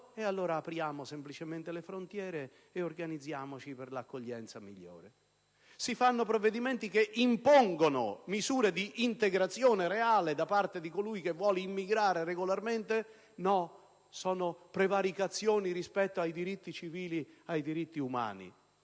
Allora apriamo semplicemente le frontiere e organizziamoci per l'accoglienza migliore. Si fanno provvedimenti che impongono misure d'integrazione reale da parte di colui che vuole immigrare regolarmente? No, sono prevaricazioni rispetto ai diritti civili e ai diritti umani.